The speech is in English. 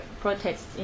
protests